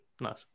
Nice